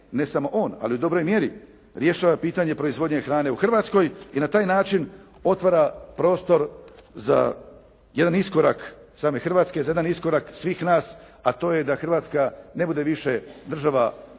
ne samo on ali u dobroj mjeri rješava pitanje proizvodnje hrane u Hrvatskoj i na taj način otvara prostor za jedan iskorak same Hrvatske, za jedan iskorak svih nas a to je da Hrvatska ne bude više država koja